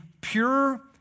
pure